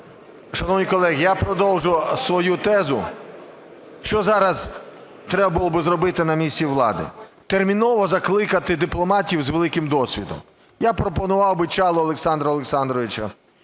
Шановні колеги, я продовжу свою тезу, що зараз треба було зробити на місці влади – терміново закликати дипломатів з великим досвідом. Я пропонував би Чалого Олександра Олександровича,